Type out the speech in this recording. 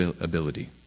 ability